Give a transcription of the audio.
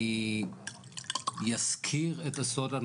אני אזכיר את הסוד.